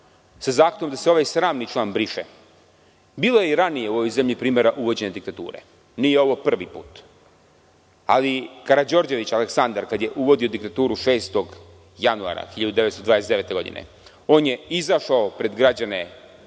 za zahtevom da se ovaj sramni član briše. Bilo je i ranije u ovoj zemlji primera uvođenja diktature, nije ovo prvi put. Ali, Karađorđević Aleksandar kad je uvodio diktaturu 6. januara 1929. godine on je izašao pred građane